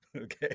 Okay